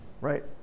right